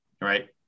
right